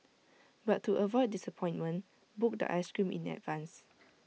but to avoid disappointment book the Ice Cream in advance